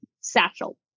satchel